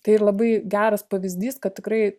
tai ir labai geras pavyzdys kad tikrai